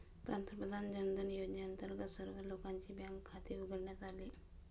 पंतप्रधान जनधन योजनेअंतर्गत सर्व लोकांची बँक खाती उघडण्यात आली